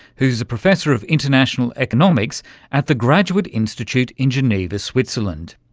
who's a professor of international economics at the graduate institute in geneva, switzerland.